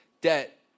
debt